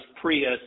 Prius